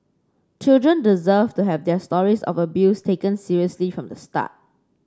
children deserve to have their stories of abuse taken seriously from the start